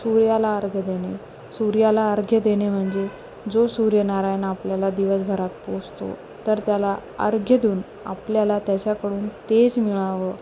सूर्याला अर्घ्य देणे सूर्याला अर्घ्य देणे म्हणजे जो सूर्यनारायण आपल्याला दिवसभरात पोचतो तर त्याला अर्घ्य देऊन आपल्याला त्याच्याकडून तेज मिळावं